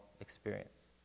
experience